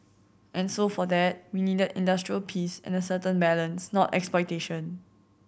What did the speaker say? and so for that we needed industrial peace and a certain balance not exploitation